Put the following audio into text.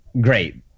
great